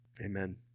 Amen